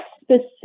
specific